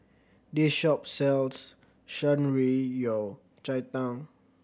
this shop sells Shan Rui Yao Cai Tang